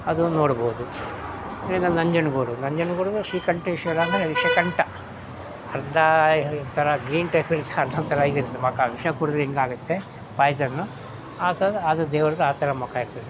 ಅದೂ ನೋಡ್ಬೋದು ಇನ್ನೂ ನಂಜನಗೂಡು ನಂಜನ್ಗೂಡಿಗೂ ಶ್ರೀಕಂಠೇಶ್ವರ ಅಂದರೆ ವಿಷಕಂಠ ಥರ ಗ್ರೀನ್ ಟೈಪ್ ಇರುತ್ತೆ ಅದೊಂಥರ ಇದಿರುತ್ತೆ ಮುಖ ವಿಷ ಕುಡಿದ್ರೆ ಹೆಂಗಾಗುತ್ತೆ ಪಾಯ್ಸವನ್ನು ಆ ಥರ ಅದು ದೇವ್ರಿಗೆ ಆ ಥರ ಮುಖ ಇರ್ತದೆ